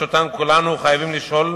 שאותן כולנו חייבים לשאול.